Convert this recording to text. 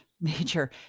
major